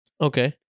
okay